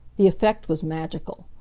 the effect was magical.